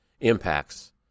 impacts